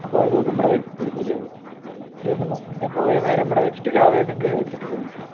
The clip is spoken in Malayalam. അപ്പം ഒരു ദിവസം ഇവിടെ വയ്ക്കേണ്ടി വരും അത് ഒരു ദിവസം ഇന്നിപ്പോൾ വൈകുന്നേരം ഇവിടെ വച്ചിട്ട് രാവിലെ നിങ്ങൾക്ക് എടുത്തിട്ട് പോകുകയും ചെയ്യാം